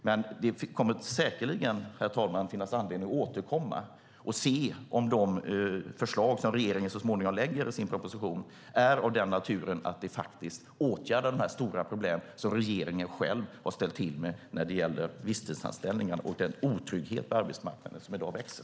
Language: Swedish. Men säkerligen kommer det, herr talman, att finnas anledning att återkomma till detta och att se om de förslag som regeringen så småningom lägger fram i sin proposition är av sådan natur att de stora problem som regeringen själv ställt till med verkligen åtgärdas när det gäller visstidsanställningar och den otrygghet på arbetsmarknaden som i dag växer.